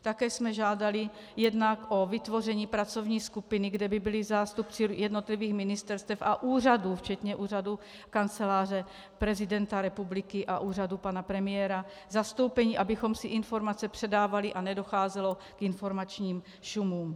Také jsem žádali jednak o vytvoření pracovní skupiny, kde by byli zástupci jednotlivých ministerstev a úřadů včetně úřadu Kanceláře prezidenta republiky a úřadu pana premiéra zastoupeni, abychom si informace předávali a nedocházelo k informačním šumům.